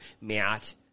Matt